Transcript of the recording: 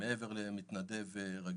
מעבר למתנדב רגיל,